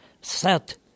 set